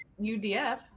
UDF